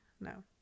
No